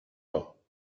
pas